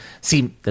see